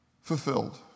fulfilled